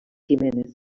giménez